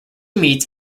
meets